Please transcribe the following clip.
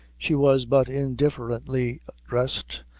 she was but indifferently dressed,